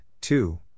two